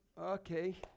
Okay